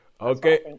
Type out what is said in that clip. Okay